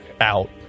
out